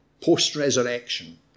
post-resurrection